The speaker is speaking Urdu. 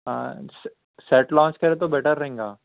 ہاں سیٹ لانچ کریں تو بیٹر رہیں گا